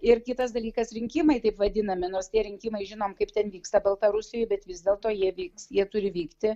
ir kitas dalykas rinkimai taip vadinami nors tie rinkimai žinom kaip ten vyksta baltarusijoj bet vis dėlto jie vyks jie turi vykti